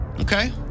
Okay